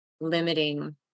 Limiting